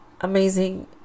amazing